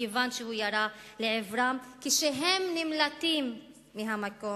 מכיוון שהוא ירה לעברם כשהם נמלטים מהמקום.